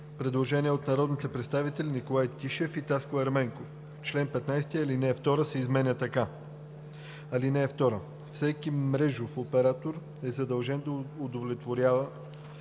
предложение от народните представители Николай Тишев и Таско Ерменков: „В чл. 15 ал. 2 се изменя така: „(2) Всеки мрежов оператор е задължен да удовлетворява